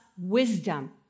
wisdom